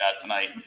tonight